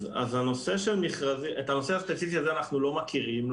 את הנושא הספציפי הזה אנחנו לא מכירים.